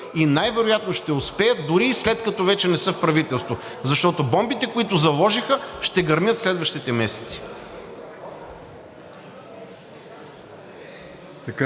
и най-вероятно ще успеят дори и след като вече не са в правителството, защото бомбите, които заложиха, ще гърмят следващите месеци.